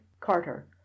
Carter